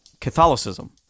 Catholicism